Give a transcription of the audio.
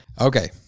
okay